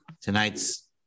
Tonight's